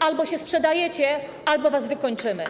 albo się sprzedajecie, albo was wykończymy.